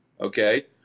Okay